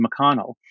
McConnell